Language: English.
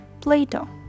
Plato